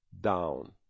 down